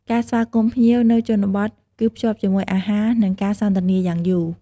ការស្វាគមន៍ភ្ញៀវនៅជនបទគឺភ្ជាប់ជាមួយ អាហារ និង ការសន្ទនាយ៉ាងយូរ។